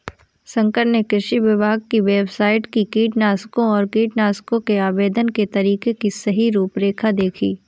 शंकर ने कृषि विभाग की वेबसाइट से कीटनाशकों और कीटनाशकों के आवेदन के तरीके की सही रूपरेखा देखी